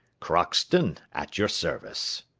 crockston, at your service.